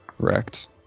Correct